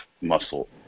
muscle